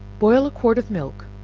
boil a quart of milk,